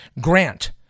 Grant